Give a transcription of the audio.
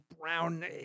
Brown